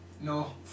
no